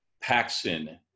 Paxson